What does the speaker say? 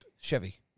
Chevy